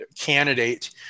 candidate